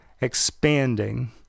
expanding